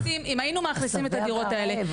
אם היינו מאכלסים את הדירות האלה,